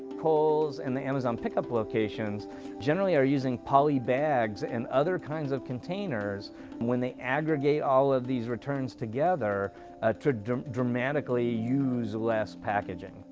kohl's and the amazon pickup locations generally are using poly bags and other kinds of containers when they aggregate all of these returns together ah to dramatically use less packaging.